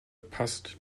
passt